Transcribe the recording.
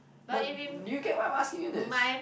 no do you get why I'm asking you this